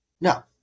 no